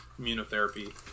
immunotherapy